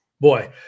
Boy